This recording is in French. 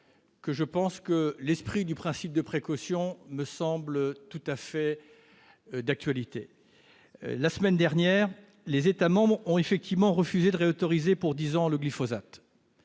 tellement que l'application du principe de précaution me semble tout à fait d'actualité. La semaine dernière, les États membres ont effectivement refusé de réautoriser pour dix ans le glyphosate.